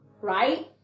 right